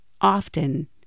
often